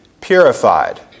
purified